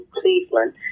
Cleveland